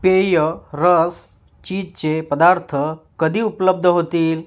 पेय रस चीजचे पदार्थ कधी उपलब्ध होतील